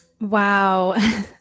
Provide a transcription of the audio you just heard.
Wow